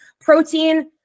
protein